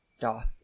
doth